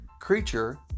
creature